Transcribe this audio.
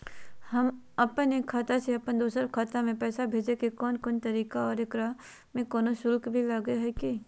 अपन एक खाता से अपन दोसर खाता में पैसा भेजे के कौन कौन तरीका है और ओकरा में कोनो शुक्ल भी लगो है की?